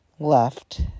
Left